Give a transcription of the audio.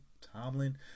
Tomlin